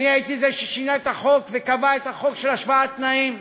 הייתי זה ששינה את החוק וקבע את החוק של השוואת תנאים.